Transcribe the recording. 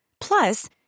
Plus